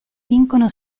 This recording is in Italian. vincono